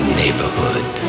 neighborhood